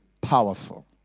powerful